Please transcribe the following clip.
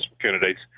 candidates